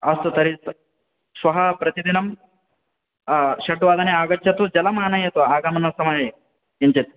अस्तु तर्हि श्वः प्रतिदिनं षड् वादने आगच्छतु जलमानयतु आगमनसमये किञ्चित्